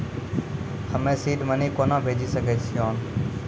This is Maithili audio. हम्मे सीड मनी कोना भेजी सकै छिओंन